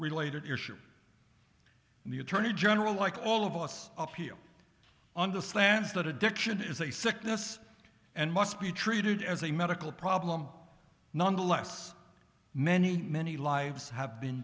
related issue and the attorney general like all of us up here understands that addiction is a sickness and must be treated as a medical problem nonetheless many many lives have been